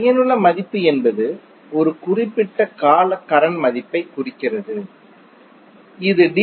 பயனுள்ள மதிப்பு என்பது ஒரு குறிப்பிட்ட கால கரண்ட் மதிப்பைக் குறிக்கிறது இது டி